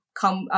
come